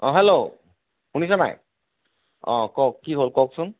অঁ হেল্ল' শুনিছে নাই অঁ কওক কি হ'ল কওকচোন